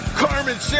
carmen